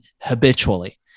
habitually